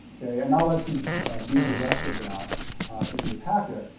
okay, and i'll let you read the rest of that in your packet.